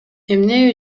эмне